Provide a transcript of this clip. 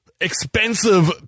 expensive